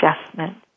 adjustment